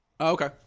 Okay